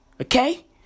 Okay